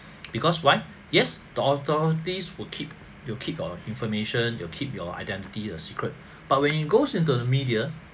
because why yes the authorities will keep will keep your information will keep your identity a secret but when it goes into the media